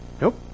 Nope